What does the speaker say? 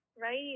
right